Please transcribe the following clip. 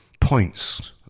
points